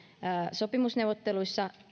sopimusneuvotteluissa